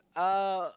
uh